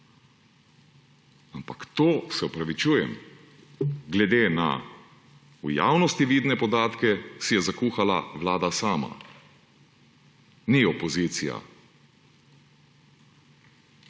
Ampak to si je, se opravičujem, glede na v javnosti vidne podatke zakuhala Vlada sama, ne opozicija.